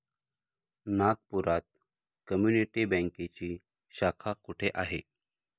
नागपुरात कम्युनिटी बँकेची शाखा कुठे आहे?